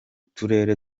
turere